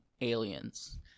aliens